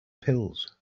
pills